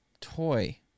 toy